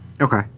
Okay